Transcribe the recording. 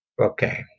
Okay